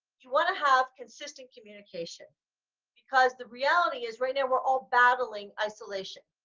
you want to have consistent communication because the reality is right now we're all battling isolation